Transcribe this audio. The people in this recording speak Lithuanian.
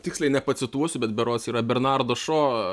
tiksliai nepacituosiu bet berods yra bernardo šuo